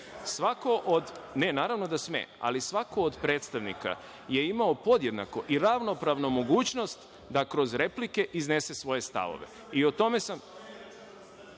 se pominje SNS?)Naravno da sme, ali svako od predstavnika je imao podjednako i ravnopravno mogućnost da kroz replike iznese svoje stavove